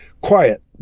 Quiet